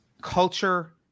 culture